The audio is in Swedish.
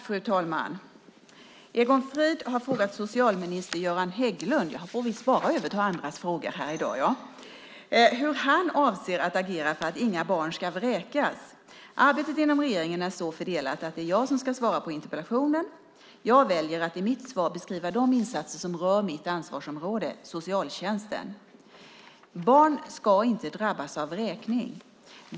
Fru talman! Egon Frid har frågat socialminister Göran Hägglund - jag får visst bara överta andras frågor här i dag - hur han avser att agera för att inga barn ska vräkas. Arbetet inom regeringen är så fördelat att det är jag som ska svara på interpellationen. Jag väljer att i mitt svar beskriva de insatser som rör mitt ansvarsområde, socialtjänsten. Barn ska inte drabbas av vräkning.